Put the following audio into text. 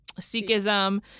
Sikhism